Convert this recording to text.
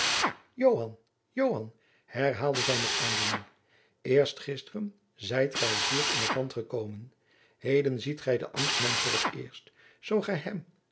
herhaalde zij met aandoening eerst gisteren zijt gij hier in t land gekomen heden ziet gij den ambtman voor t eerst zoo gij hem